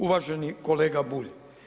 Uvaženi kolega Bulj.